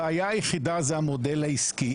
הבעיה היחידה היא המודל העסקי.